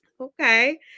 Okay